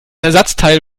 ersatzteil